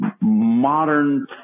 modern